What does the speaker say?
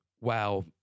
wow